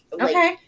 okay